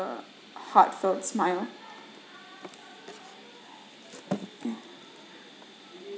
heartfelt smile